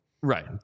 Right